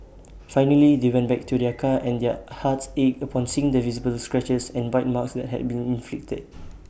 finally they went back to their car and their hearts ached upon seeing the visible scratches and bite marks that had been inflicted